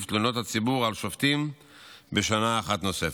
תלונות הציבור על שופטים בשנה אחת נוספת.